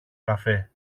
καφέ